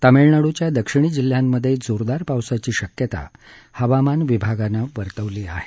तामिळनाडूच्या दक्षिणी जिल्ह्यामधे जोरदार पावसाची शक्यता हवामान विभागानं वर्तवली आहे